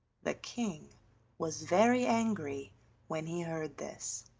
the king was very angry when he heard this.